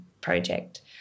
project